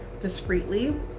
discreetly